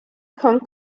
kong